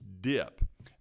dip